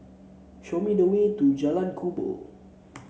show me the way to Jalan Kubor